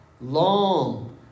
long